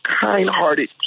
kind-hearted